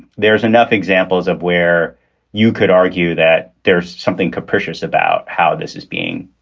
there's enough examples of where you could argue that there's something capricious about how this is being,